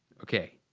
okay.